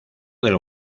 del